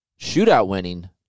shootout-winning